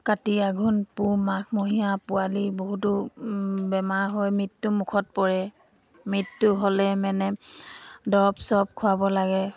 কাতি আঘোণ পুহ মাঘমহীয়া পোৱালি বহুতো বেমাৰ হয় মৃত্যু মুখত পৰে মৃত্যু হ'লে মানে দৰৱ চৰৱ খোৱাব লাগে